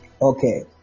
Okay